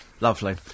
Lovely